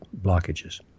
blockages